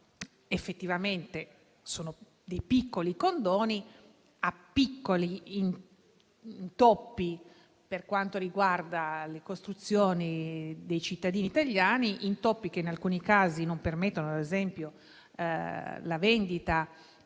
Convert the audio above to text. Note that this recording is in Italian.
effettivamente, sono dei piccoli condoni a piccoli intoppi per quanto riguarda le costruzioni dei cittadini italiani. Intoppi che, in alcuni casi, non permettono la vendita